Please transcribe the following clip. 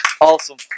Awesome